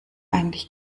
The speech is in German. eigentlich